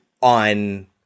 on